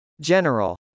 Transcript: General